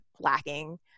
lacking